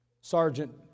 Sergeant